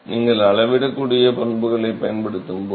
நீங்கள் அளவிடக்கூடிய பண்புகளைப் பயன்படுத்தும் போது